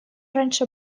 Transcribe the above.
раньше